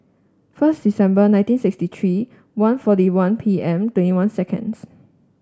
first December nineteen sixty three one forty one P M twenty one seconds